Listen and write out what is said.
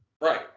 right